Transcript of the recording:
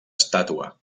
estàtua